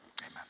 Amen